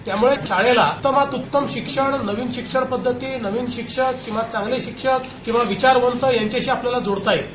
त्यामुळे शाळेला उत्तमात उत्तम शिक्षण नवीन शिक्षण पध्दती नवीन शिक्षक किंवा चांगले शिक्षक किंवा विचारवंत यांच्याशी आपल्याला जोडता येईल